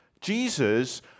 Jesus